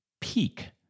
peak